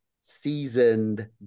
seasoned